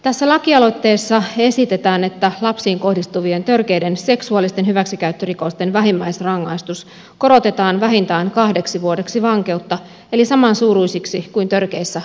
tässä lakialoitteessa esitetään että lapsiin kohdistuvien törkeiden seksuaalisten hyväksikäyttörikosten vähimmäisrangaistus korotetaan vähintään kahdeksi vuodeksi vankeutta eli samansuuruiseksi kuin törkeissä raiskausrikoksissa